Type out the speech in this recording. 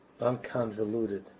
unconvoluted